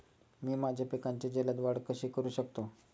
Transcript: मी माझ्या पिकांची जलद वाढ कशी करू शकतो?